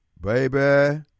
baby